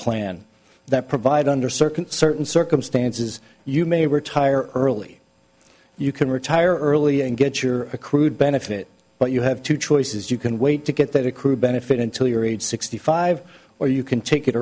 plan that provide under certain certain circumstances you may retire early you can retire early and get your accrued benefit but you have two choices you can wait to get that accrue benefit until your age sixty five or you can take it